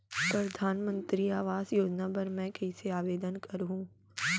परधानमंतरी आवास योजना बर मैं कइसे आवेदन करहूँ?